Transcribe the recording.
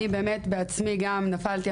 גם אני עצמי נפלתי,